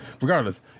Regardless